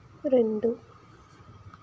రెండు